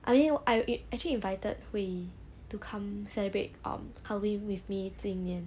I mean I a~ actually invited hui yi to come celebrate um halloween with me 今年